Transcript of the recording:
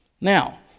Now